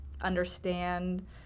understand